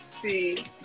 see